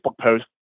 post